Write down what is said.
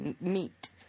meat